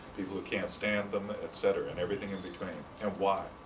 people who can't stand them, etc, and everything in-between, and why.